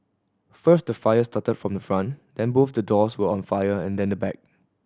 first the fire started from front then both the doors were on fire and then the back